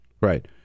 Right